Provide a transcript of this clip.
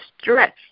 stretch